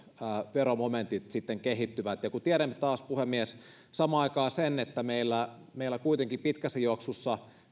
veromomentit sitten kehittyvät kun tiedämme puhemies samaan aikaan sen että meillä meillä kuitenkin pitkässä juoksussa